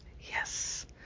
Yes